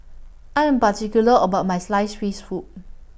I Am particular about My Sliced Fish Soup